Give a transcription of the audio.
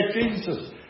Jesus